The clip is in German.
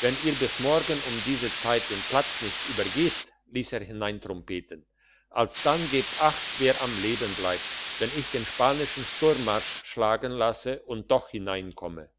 wenn ihr bis morgen um diese zeit den platz nicht übergebt liess er hineintrompeten alsdann gebt acht wer am leben bleibt wenn ich den spanischen sturmmarsch schlagen lasse und doch hineinkomme